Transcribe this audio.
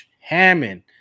Hammond